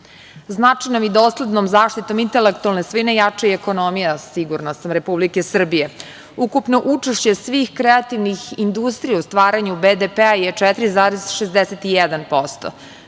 tako. Značajnom i doslednom zaštitom intelektualne svojine jača i ekonomija, sigurna sam, Republike Srbije. Ukupno učešće svih kreativnih industrija u stvaranju BDP-a je 4,61%,